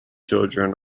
children